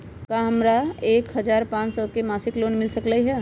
का हमरा के एक हजार पाँच सौ के मासिक लोन मिल सकलई ह?